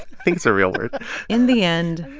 think it's a real word in the end,